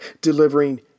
delivering